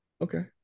Okay